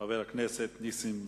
חבר הכנסת נסים זאב.